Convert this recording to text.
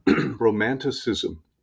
romanticism